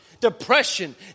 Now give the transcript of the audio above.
depression